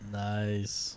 nice